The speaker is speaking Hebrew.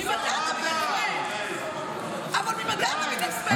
ממתי אתה, אבל ממתי אתה מתעצבן?